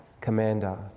commander